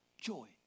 joy